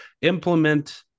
implement